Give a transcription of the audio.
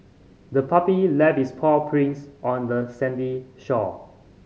the puppy left its paw prints on the sandy shore